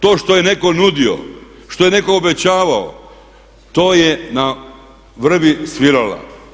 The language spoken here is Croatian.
To što je netko nudio, što je netko obećavao, to je na vrbi svirala.